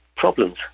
problems